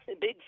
big